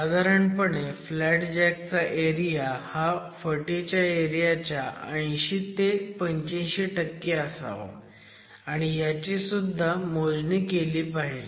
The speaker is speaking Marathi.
साधारणपणे फ्लॅट जॅक चा एरिया हा फटीच्या एरियाच्या 80 ते 85 असावा आणि ह्याची सुद्धा मोजणी केली पाहिजे